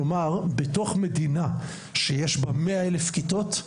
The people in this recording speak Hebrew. כלומר בתוך מדינה שיש בה 100 אלף כיתות,